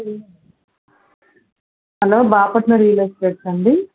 hello Bapatla real ఎస్టేట్సా అండి